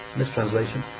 mistranslation